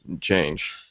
change